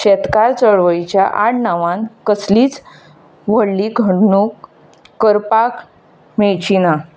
शेतकार चळवळीच्या आडनांवांत कसलीच व्हडली घडणूक करपाक मेळची ना